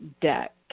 deck